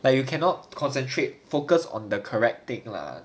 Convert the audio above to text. but you cannot concentrate focus on the correct thing lah